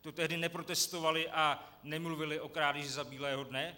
To tehdy neprotestovali a nemluvili o krádeži za bílého dne?